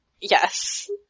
Yes